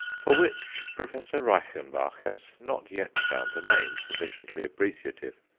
for which professor reichenbach has not yet found a name sufficiently appreciative.